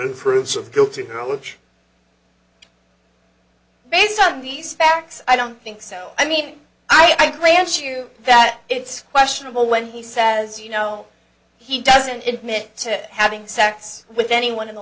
fruits of guilty which based on these facts i don't think so i mean i grant you that it's questionable when he says you know he doesn't admit to having sex with anyone in the